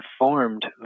informed